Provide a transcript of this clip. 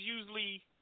usually